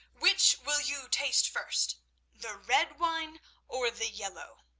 which will you taste first the red wine or the yellow?